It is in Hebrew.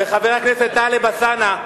וחבר הכנסת טלב אלסאנע,